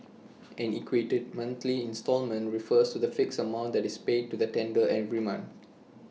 an equated monthly instalment refers to the fixed amount that is paid to the lender every month